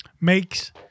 Makes